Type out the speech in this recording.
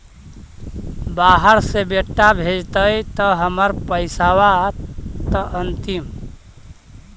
बाहर से बेटा भेजतय त हमर पैसाबा त अंतिम?